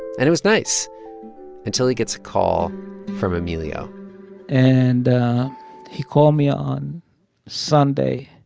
and it was nice until he gets a call from emilio and he called me on sunday,